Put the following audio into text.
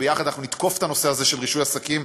וביחד אנחנו נתקוף את הנושא הזה של רישוי עסקים,